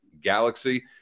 galaxy